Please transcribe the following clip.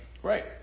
Right